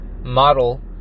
model